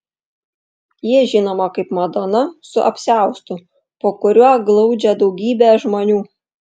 ji žinoma kaip madona su apsiaustu po kuriuo glaudžia daugybę žmonių